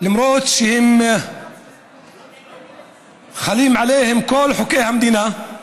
למרות העובדה שחלים עליהם כל חוקי המדינה.